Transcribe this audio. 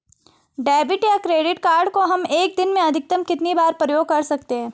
Debit या credit card को हम एक दिन में अधिकतम कितनी बार प्रयोग कर सकते हैं?